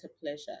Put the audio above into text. pleasure